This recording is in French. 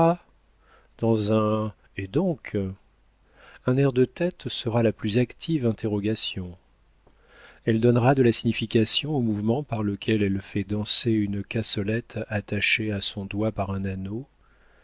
dans un et donc un air de tête sera la plus active interrogation elle donnera de la signification au mouvement par lequel elle fait danser une cassolette attachée à son doigt par un anneau